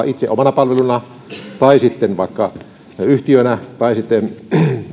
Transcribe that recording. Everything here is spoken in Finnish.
itse omana palvelunaan tai sitten vaikka yhtiönä tai sitten